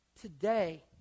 today